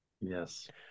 Yes